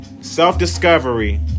Self-discovery